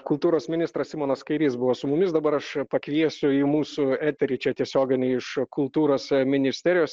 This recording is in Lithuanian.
kultūros ministras simonas kairys buvo su mumis dabar aš pakviesiu į mūsų eterį čia tiesioginį iš kultūros ministerijos